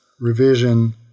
revision